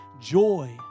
joy